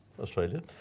Australia